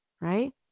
right